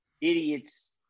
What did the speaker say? idiots